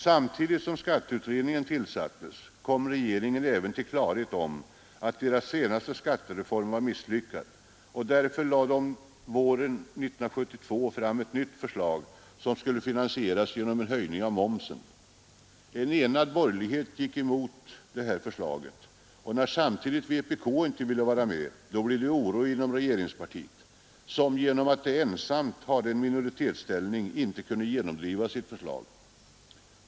Samtidigt som skatteutredningen tillsattes kom regeringen även till klarhet om att dess senaste skattereform var misslyckad, och därför lade den våren 1972 fram ett nytt förslag, som skulle finansieras genom en höjning av momsen. En enad borgerlighet gick emot det förslaget, och när samtidigt vpk inte ville vara med blev det oro inom regeringspartiet, som genom att det ensamt hade en minoritetsställning inte kunde genomdriva sitt förslag.